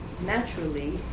naturally